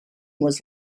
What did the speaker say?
was